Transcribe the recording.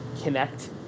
connect